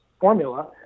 formula